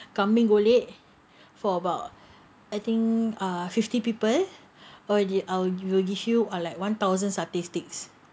kambing golek for about I think uh fifty people or the we'll issue uh like one thousand satay sticks